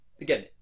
again